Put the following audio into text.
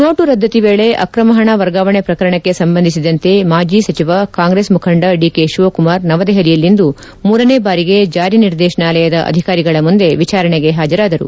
note ರದ್ದತಿ ವೇಳೆ ಅಕ್ರಮ ಹಣ ವರ್ಗಾವಣೆ ಪ್ರಕರಣಕ್ಕೆ ಸಂಬಂಧಿಸಿದಂತೆ ಮಾಜಿ ಸಚಿವ ಕಾಂಗ್ರೆಸ್ ಮುಖಂಡ ಡಿಕೆ ಶಿವಕುಮಾರ್ ನವದೆಹಲಿಯಲ್ಲಿಂದು ಮೂರನೇ ಬಾರಿಗೆ ಜಾರಿ ನಿರ್ದೇಶನಾಲಯದ ಅಧಿಕಾರಿಗಳ ಮುಂದೆ ವಿಚಾರಣೆಗೆ ಹಾಜರಾದರು